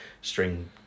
string